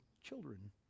children